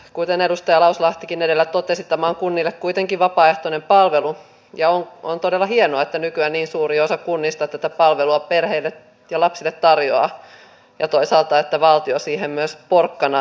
kuten edustaja lauslahtikin edellä totesi tämä on kunnille kuitenkin vapaaehtoinen palvelu ja on todella hienoa että nykyään niin suuri osa kunnista tätä palvelua perheille ja lapsille tarjoaa ja toisaalta että valtio siihen myös porkkanan antaa